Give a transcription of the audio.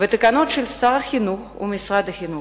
ותקנות של שר החינוך ומשרד החינוך.